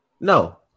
no